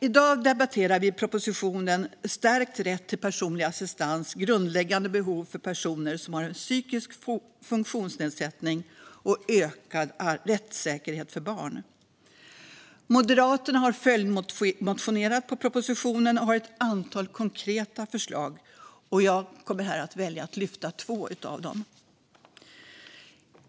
I dag debatterar vi propositionen Stärkt rätt till personlig assistans - grundläggande behov för personer som har en psykisk funk tionsnedsättning och ökad rättssäkerhet för barn . Moderaterna har följdmotionerat med anledning av propositionen och har ett antal konkreta förslag. Jag väljer att här lyfta två av dem.